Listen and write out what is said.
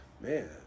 Man